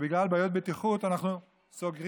שבגלל בעיות בטיחות אנחנו סוגרים,